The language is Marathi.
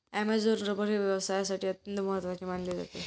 ॲमेझॉन रबर हे व्यवसायासाठी अत्यंत महत्त्वाचे मानले जाते